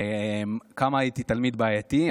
כמה הייתי תלמיד בעייתי,